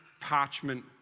parchment